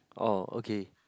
oh okay